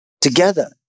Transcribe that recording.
together